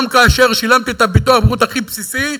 גם כאשר שילמתי את ביטוח הבריאות הכי בסיסי,